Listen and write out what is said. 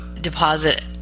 deposit